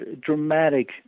dramatic